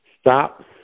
Stop